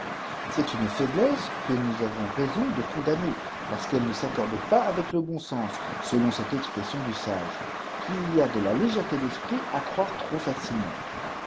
qat une faibles que nous àvoiis raison de condamner pfce mi eue n s'ilpcorde pas avec le bon se s selon cette expressioîi du igo fi'il y a de la fégèreté d'esprit à croire trop faciles